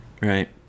Right